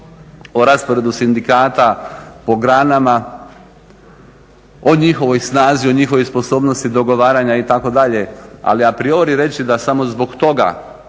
o rasporedu sindikata po granama, o njihovoj snazi, o njihovoj sposobnosti dogovaranja itd. Ali a priori reći da samo zbog toga,